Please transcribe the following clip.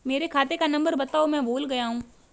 मेरे खाते का नंबर बताओ मैं भूल गया हूं